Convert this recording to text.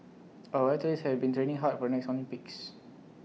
our athletes have been training hard for next Olympics